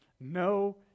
no